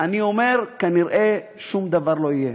אני אומר: כנראה שום דבר לא יהיה.